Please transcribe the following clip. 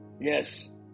yes